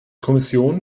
kommission